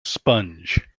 sponge